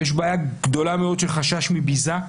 יש בעיה גדולה מאוד של חשש מביזה,